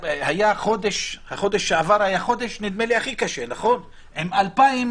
החודש שעבר היה החודש, נדמה לי, הכי קשה, עם 2,000